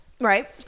Right